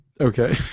Okay